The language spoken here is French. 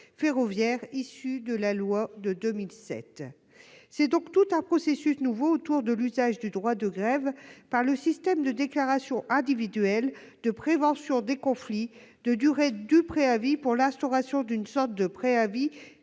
ferroviaire issu de la loi de 2007. C'est donc tout un processus nouveau autour de l'usage du droit de grève par le système de déclaration individuelle, de prévention des conflits, de durée du préavis pour l'instauration d'une sorte de « préavis